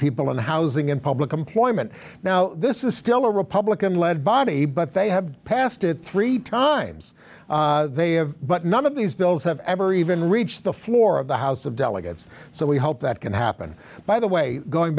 people in the housing and public employment now this is still a republican led body but they have passed it three times they have but none of these bills have ever even reached the floor of the house of delegates so we hope that can happen by the way going